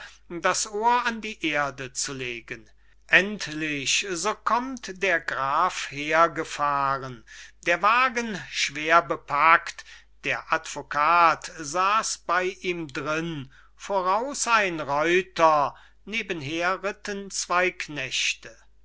das ohr an die erde zu legen endlich so kommt der graf hergefahren der wagen schwer bepakt der advokat saß bey ihm drinn voraus ein reuter nebenher ritten zwey knechte